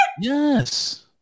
yes